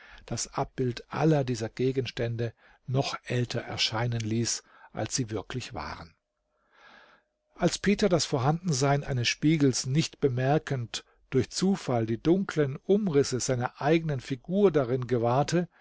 das abbild aller dieser gegenstände noch älter erscheinen ließ als sie wirklich waren als peter das vorhandensein eines spiegels nicht bemerkend durch zufall die dunkeln umrisse seiner eignen figur darin gewahrte